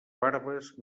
barbes